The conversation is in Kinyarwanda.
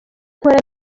nkora